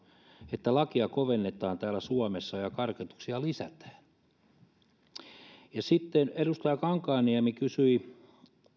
että lakia kovennetaan täällä suomessa ja karkotuksia lisätään sitten edustaja kankaanniemi kysyi